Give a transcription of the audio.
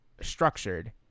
structured